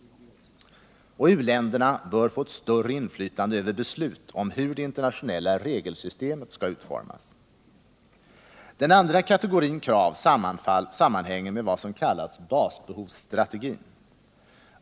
U-länderna bör även få ett större inflytande över beslut om hur det internationella regelsystemet skall utformas. Den andra kategorin av krav sammanhänger med vad som kallats basbehovsstrategin.